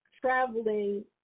traveling